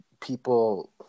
people